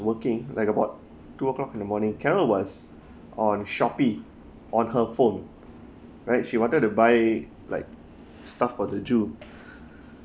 working like about two o'clock in the morning carol was on Shopee on her phone right she wanted to buy like stuff for the